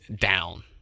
down